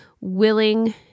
willing